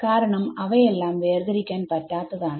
കാരണം അവയെല്ലാം വേർതിരിക്കാൻ പറ്റാത്തതാണ്